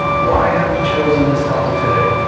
why have we chosen this topic today?